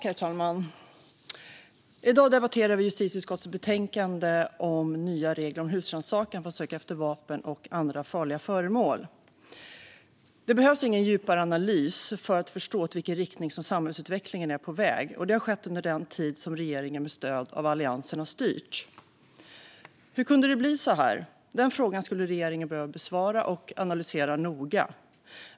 Herr talman! I dag debatterar vi justitieutskottets betänkande om nya regler för husrannsakan för att söka efter vapen och andra farliga föremål. Det behövs ingen djupare analys för att förstå i vilken riktning samhällsutvecklingen är på väg, och det har skett under den tid som regeringen med stöd av Alliansen har styrt. Hur kunde det bli så här? Den frågan skulle regeringen behöva besvara och analysera noga.